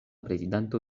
prezidanto